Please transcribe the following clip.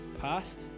past